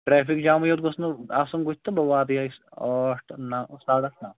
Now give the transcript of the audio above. traffic جامٕے یوٚت گوٚژھ نہٕ آسُن بُتھِ تہٕ بہٕ واتہٕ یہوٚے ٲٹھ نَو ساڑٕ ٲٹھ تام